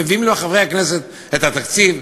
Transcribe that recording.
מביאים לחברי הכנסת את התקציב?